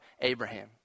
Abraham